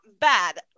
Bad